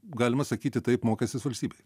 galima sakyti taip mokestis valstybei